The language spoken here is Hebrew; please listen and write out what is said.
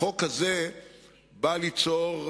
החוק הזה בא ליצור,